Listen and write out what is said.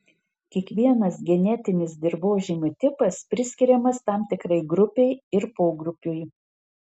kiekvienas genetinis dirvožemio tipas priskiriamas tam tikrai grupei ir pogrupiui